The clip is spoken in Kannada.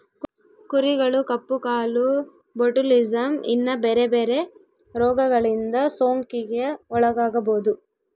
ಕುರಿಗಳು ಕಪ್ಪು ಕಾಲು, ಬೊಟುಲಿಸಮ್, ಇನ್ನ ಬೆರೆ ಬೆರೆ ರೋಗಗಳಿಂದ ಸೋಂಕಿಗೆ ಒಳಗಾಗಬೊದು